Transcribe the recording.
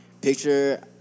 picture